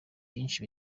byinshi